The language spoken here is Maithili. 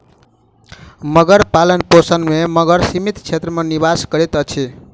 मगर पालनपोषण में मगर सीमित क्षेत्र में निवास करैत अछि